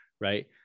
right